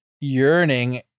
yearning